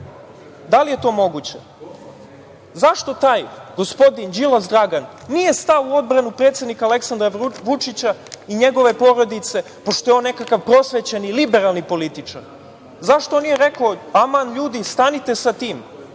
Da li je to moguće? Zašto taj gospodin Đilas Dragan nije stao u odbranu predsednika Aleksandra Vučića i njegove porodice, pošto je on nekakav prosvećeni, liberalni političar? Zašto nije rekao – aman, ljudi, stanite sa tim,